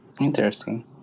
Interesting